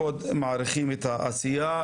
לסיכום שקף תוכנית העבודה אני רק אגיד שאנחנו,